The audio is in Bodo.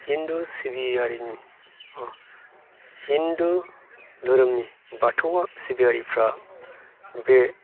हिन्दु सिबियारिनि हिन्दु धोरोमनि बाथौ सिबियारिफोरा बे